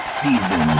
season